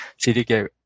CDK